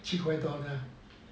七块多是吗